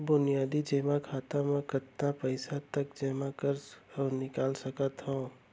बुनियादी जेमा खाता म कतना पइसा तक जेमा कर अऊ निकाल सकत हो मैं?